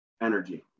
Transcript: Energy